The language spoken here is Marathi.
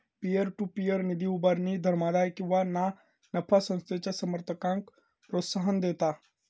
पीअर टू पीअर निधी उभारणी धर्मादाय किंवा ना नफा संस्थेच्या समर्थकांक प्रोत्साहन देता